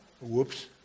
Whoops